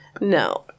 no